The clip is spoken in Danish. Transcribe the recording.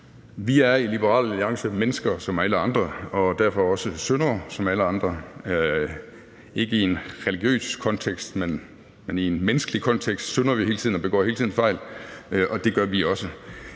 Vi i Liberal Alliance er mennesker som alle andre, og derfor er vi også syndere som alle andre. Ikke i en religiøs kontekst, men i en menneskelig kontekst synder vi hele tiden og begår fejl hele tiden, og det gør vi også.